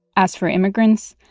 as for immigrants,